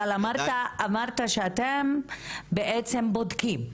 אבל אמרת שאתם בעצם בודקים.